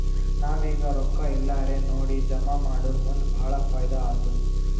ನಾವ್ ಈಗ್ ರೊಕ್ಕಾ ಎಲ್ಲಾರೇ ನೋಡಿ ಜಮಾ ಮಾಡುರ್ ಮುಂದ್ ಭಾಳ ಫೈದಾ ಆತ್ತುದ್